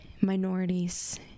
minorities